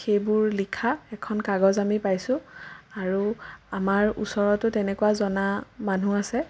সেইবোৰ লিখা এখন কাগজ আমি পাইছোঁ আৰু আমাৰ ওচৰতো তেনেকুৱা জনা মানুহ আছে